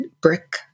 brick